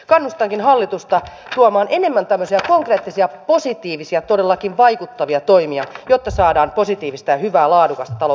kannustankin hallitusta tuomaan enemmän tämmöisiä konkreettisia positiivisia todellakin vaikuttavia toimia jotta saadaan positiivista hyvä laadukas talo